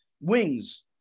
wings